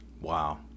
Wow